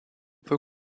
peu